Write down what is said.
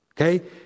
okay